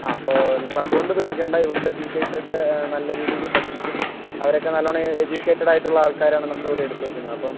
ആ അപ്പം നിങ്ങൾ അതുകൊണ്ട് പേടിക്കേണ്ട ഇവിടുത്തെ ടീച്ചേഴ്സ് ഒക്കെ നല്ല രീതിയിൽ പഠിപ്പിക്കും അവരൊക്കെ നല്ലവണ്ണം എജ്യൂകേറ്റഡ് ആയിട്ടുള്ള ആൾക്കാരാണ് നമ്മൾ ഇവിടെ എടുത്തേക്കുന്നത് അപ്പം